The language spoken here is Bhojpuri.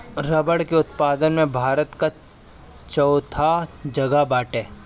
रबड़ के उत्पादन में भारत कअ चउथा जगह बाटे